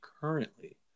currently